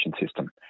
system